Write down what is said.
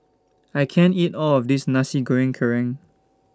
I can't eat All of This Nasi Goreng Kerang